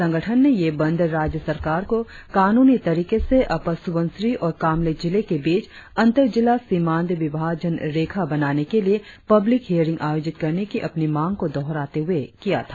संगठन ने यह बंद राज्य सरकार को कानूनी तरीके से अपर सुबनसिरी और कामले जिले के बीच अंतर जिला सीमांत विभाजन रेखा बनाने के लिए पब्लिक हियरिग आयोजित करने की अपनी मांग को दोहराते हुए किया था